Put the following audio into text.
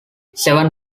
seven